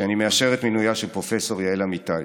שאני מאשר את מינויה של פרופ' יעל אמיתי.